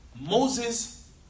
Moses